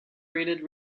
rated